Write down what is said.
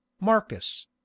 marcus